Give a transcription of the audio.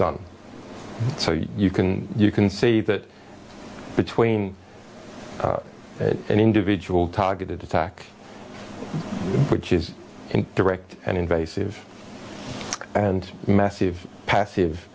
done so you can you can see that between an individual targeted attack which is in direct and invasive and massive passive